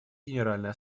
генеральной